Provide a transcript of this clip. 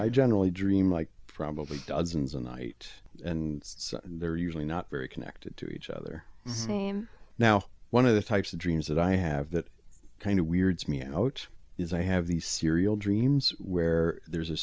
i generally dream like probably dozens a night and they're usually not very connected to each other again now one of the types of dreams that i have that kind of weird me out is i have these serial dreams where there's a